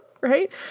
right